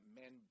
men